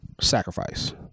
sacrifice